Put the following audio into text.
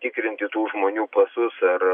tikrinti tų žmonių pasus ar